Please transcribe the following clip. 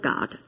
God